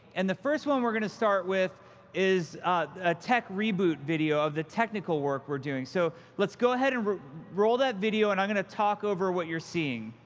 and the first one we're going to start with is a tech reboot video of the technical work we were doing. so let's go ahead and roll that video, and i'm going to talk over what you're seeing.